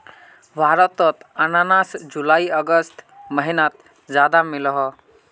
भारतोत अनानास जुलाई अगस्त महिनात ज्यादा मिलोह